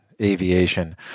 aviation